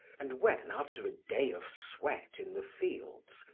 and when after a day of sweat in the fields,